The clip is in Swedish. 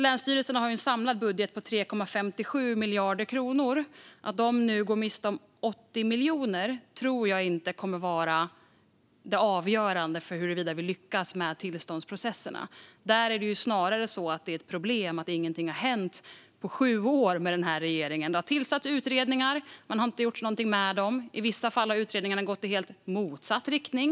Länsstyrelserna har en samlad budget på 3,57 miljarder kronor. Att de nu går miste om 80 miljoner kommer inte att vara avgörande för huruvida vi lyckas med tillståndsprocesserna. Där är det snarare ett problem att ingenting har hänt på sju år med den här regeringen. Det har tillsatts utredningar, men det har inte gjorts något med dem. I vissa fall har utredningarna gått i helt motsatt riktning.